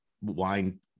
wine